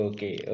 Okay